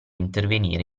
intervenire